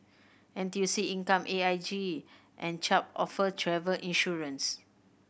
N T U C Income A I G and Chubb offer travel insurance